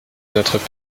notre